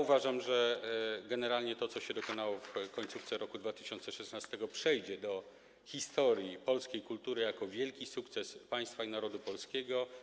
Uważam, że generalnie to, co się dokonało w końcówce roku 2016, przejdzie do historii polskiej kultury jako wielki sukces państwa i narodu polskiego.